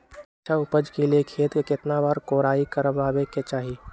एक अच्छा उपज के लिए खेत के केतना बार कओराई करबआबे के चाहि?